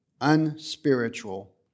unspiritual